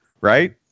right